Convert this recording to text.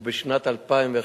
ובשנת 2011,